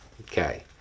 Okay